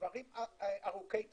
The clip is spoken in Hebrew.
דברים ארוכי טווח.